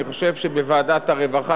אני חושב שבוועדת הרווחה,